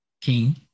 king